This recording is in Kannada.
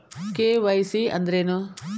ಕೆ.ವೈ.ಸಿ ಅಂದ್ರೇನು?